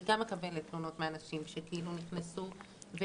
אני גם מקבלת תלונות מאנשים שהוכנסו לבידוד